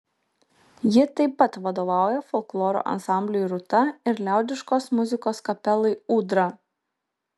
ji taip pat vadovauja folkloro ansambliui rūta ir liaudiškos muzikos kapelai ūdra